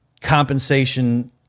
compensation